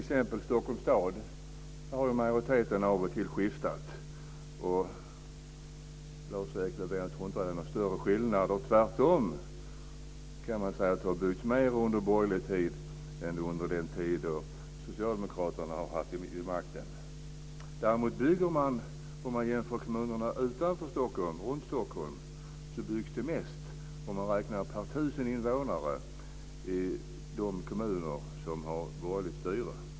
I Stockholms stad har majoriteterna av och till skiftat, och jag tror inte att skillnaden har varit så stor. Tvärtom har det byggts mera under den borgerliga majoriteten än under den tid som socialdemokraterna har haft makten. Om man jämför kommunerna runt Stockholm byggs det mest per 1 000 invånare i de kommuner som har borgerligt styre.